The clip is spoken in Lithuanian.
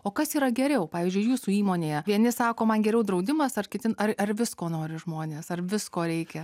o kas yra geriau pavyzdžiui jūsų įmonėje vieni sako man geriau draudimas ar kiti ar ar visko nori žmonės ar visko reikia